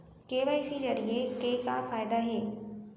KYC जरिए के का फायदा हे?